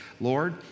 Lord